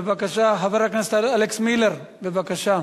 בבקשה, חבר הכנסת אלכס מילר, בבקשה,